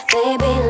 Baby